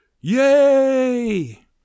Yay